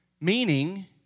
meaning